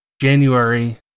January